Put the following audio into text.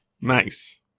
nice